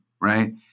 right